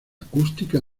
acústica